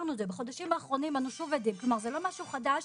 בחודשים האחרונים אנחנו שוב עדים -כלומר זה לא משהו חדש,